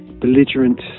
belligerent